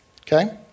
Okay